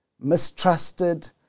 mistrusted